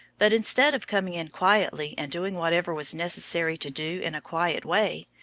but instead of coming in quietly and doing whatever was necessary to do in a quiet way,